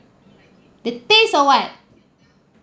the taste or what